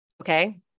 Okay